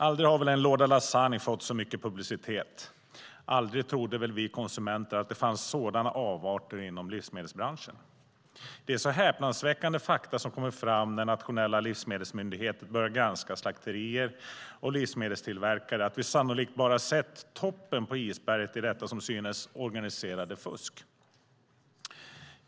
Aldrig har väl en låda lasagne fått så mycket publicitet. Aldrig trodde väl vi konsumenter att det fanns sådana avarter inom livsmedelsbranschen. Det är så häpnadsväckande fakta som kommit fram när nationella livsmedelsmyndigheter börjat granska slakterier och livsmedelstillverkare att vi sannolikt bara sett toppen på isberget i detta som synes organiserade fusk.